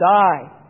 die